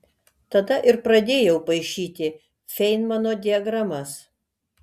tada ir pradėjau paišyti feinmano diagramas